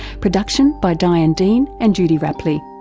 production by diane dean and judy rapley.